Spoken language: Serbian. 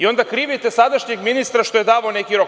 Onda krivite sadašnjeg ministra što je davao neki rok.